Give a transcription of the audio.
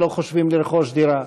ולא חושבים לרכוש דירה.